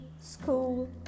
school